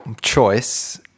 choice